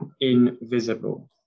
invisible